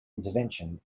intervention